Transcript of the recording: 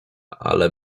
ale